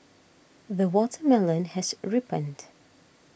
the watermelon has ripened